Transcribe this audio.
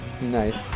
Nice